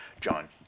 John